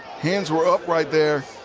hands were up right there.